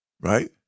right